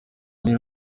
n’iyi